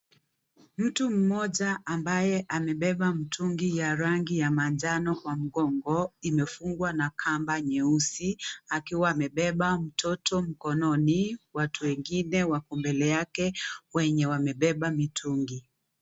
Mtu mmoja ambaye amebeba mtungi ya rangi ya manjano kwa mgongo imefungwa na kamba nyeusi akiwa amebeba mtoto mkononi, watu wengine wako mbele yake wenye wamebeba mitungi.